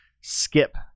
skip